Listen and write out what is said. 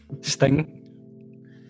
Sting